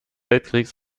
weltkrieges